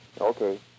Okay